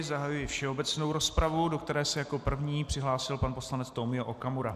Zahajuji všeobecnou rozpravu, do které se jako první přihlásil pan poslanec Tomio Okamura.